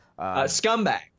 Scumbag